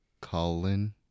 Colin